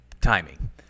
timing